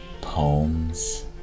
poems